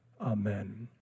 Amen